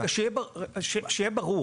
שיהיה ברור